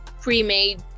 pre-made